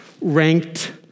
ranked